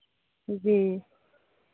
जी